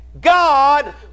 God